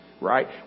Right